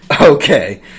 Okay